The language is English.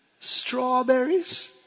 strawberries